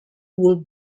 would